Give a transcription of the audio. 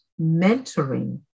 mentoring